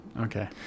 Okay